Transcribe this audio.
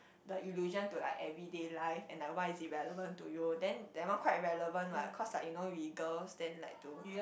the illusion to like everyday life and like why is it relevant to you then that one quite relevant what cause like you know vehicles then like to